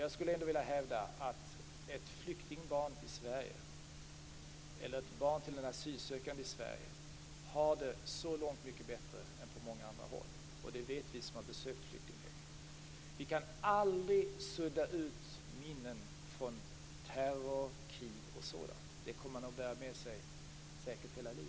Jag skulle ändå vilja hävda att ett flyktingbarn i Sverige eller ett barn till en asylsökande i Sverige har det långt mycket bättre än på många andra håll. Det vet vi som har besökt flyktinglägren. Vi kan aldrig sudda ut minnen från terror, krig och sådant. Det kommer de säkert att bära med sig hela livet.